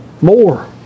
more